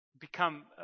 become